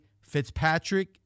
Fitzpatrick